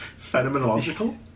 Phenomenological